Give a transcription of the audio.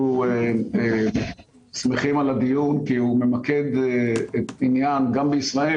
אנחנו שמחים על הדיון כי הוא ממקד עניין גם בישראל